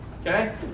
Okay